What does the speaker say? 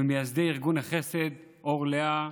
ממייסדי ארגון החסד "אור לאה",